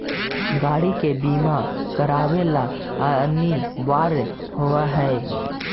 गाड़ि के बीमा करावे ला अनिवार्य होवऽ हई